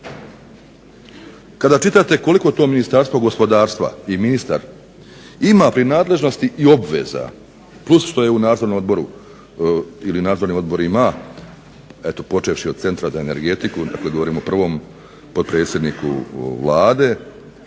Kada čitate koliko to Ministarstvo gospodarstva i ministar ima prinadležnosti i obveza, plus što je u nadzornom odboru ili nadzornim odborima, eto počevši od Centra za energetiku, dakle govorim o prvom potpredsjedniku Vlade,